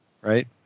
right